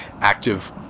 active